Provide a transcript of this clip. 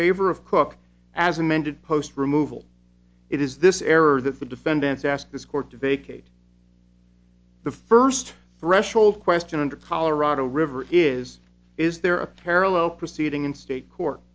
favor of cook as amended post removal it is this error that the defendants ask this court to vacate the first threshold question under colorado river is is there a parallel proceeding in state court